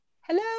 Hello